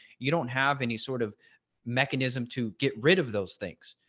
you don't have any sort of mechanism to get rid of those things.